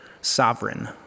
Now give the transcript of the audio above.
Sovereign